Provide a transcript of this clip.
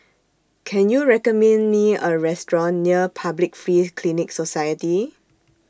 Can YOU recommend Me A Restaurant near Public Free Clinic Society